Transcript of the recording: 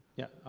yeah.